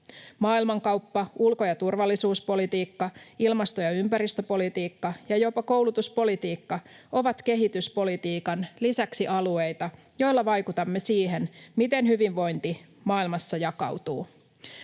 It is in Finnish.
Maailmankauppa, ulko‑ ja turvallisuuspolitiikka, ilmasto‑ ja ympäristöpolitiikka ja jopa koulutuspolitiikka ovat kehityspolitiikan lisäksi alueita, joilla vaikutamme siihen, miten hyvinvointi maailmassa jakautuu.